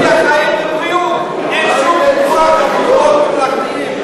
אין שום פיקוח במוסדות ממלכתיים,